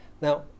Now